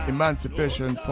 Emancipation